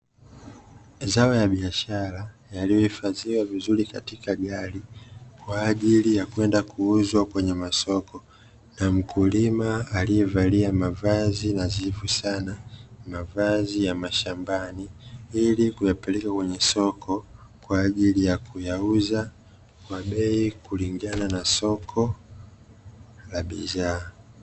Mazao ya biashara yaliyohifadhiwa vizuri katika gari, kwa ajili ya kwenda kuuzwa kwenye masoko, na mkulima aliyevalia mavazi nadhifu sana; mavazi ya mashambani, ili kuyapeleka kwenye soko kwa ajili ya kuyauza kwa bei kulingana na soko la bidhaa.